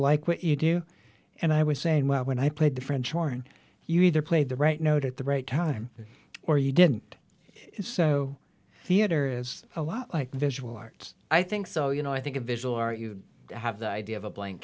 like what you do and i was saying well when i played the french horn you either played the right note at the right time or you didn't so theatre is a lot like visual arts i think so you know i think a visual are you have the idea of a blank